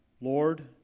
Lord